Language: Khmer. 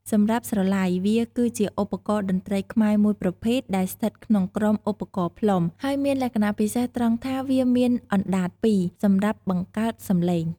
សម្រាប់ ស្រឡៃ វាគឺជាឧបករណ៍តន្រ្តីខ្មែរមួយប្រភេទដែលស្ថិតក្នុងក្រុម ឧបករណ៍ផ្លុំ ហើយមានលក្ខណៈពិសេសត្រង់ថាវាមាន អណ្ដាតពីរ សម្រាប់បង្កើតសំឡេង។